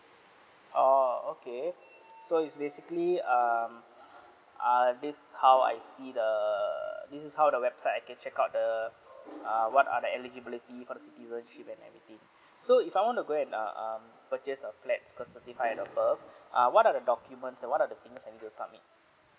oh okay so it's basically um err this is how I see the this is how the website I can check out the uh what are the eligibility for the citizenship and everything so if I want to go and uh um purchase a flat cause thirty five above ah what are the documents and what are the things that I need to submit